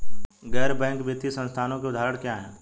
गैर बैंक वित्तीय संस्थानों के उदाहरण क्या हैं?